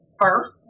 first